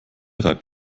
reibt